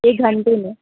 एक घंटे में